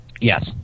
Yes